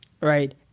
Right